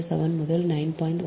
07 முதல் 9